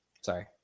sorry